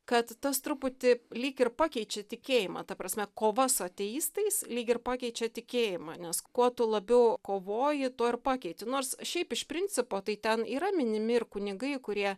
kad tas truputį lyg ir pakeičia tikėjimą ta prasme kova su ateistais lyg ir pakeičia tikėjimą nes kuo tu labiau kovoji tuo ir pakeiti nors šiaip iš principo tai ten yra minimi ir kunigai kurie